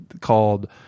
called